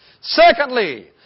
Secondly